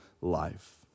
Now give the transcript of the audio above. life